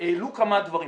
העלו כמה דברים.